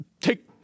take